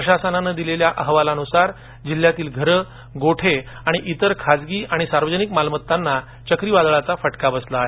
प्रशासनान दिलेल्या अहवालानुसार जिल्ह्यातली घर गोठे आणि इतर खाजगी आणि सार्वजनिक मालमत्तांना चक्रीवादळाचा फटका बसला आहे